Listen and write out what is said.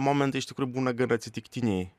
momentai iš tikrųjų būna gana atsitiktiniai